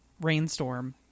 rainstorm